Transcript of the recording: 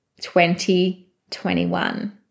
2021